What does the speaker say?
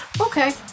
Okay